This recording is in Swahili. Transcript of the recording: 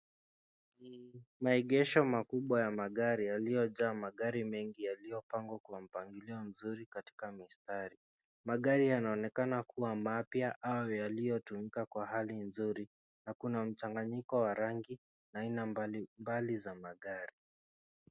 Maegesho makubwa ya magari yaliyojaa magari mengi yaliyopangwa kwa mpangilio mzuri katika mistari. Magari yanaonekana kuwa mapya au yaliyotumika kwa hali nzuri na kuna mchanganyiko wa rangi aina mbali mbali za magari.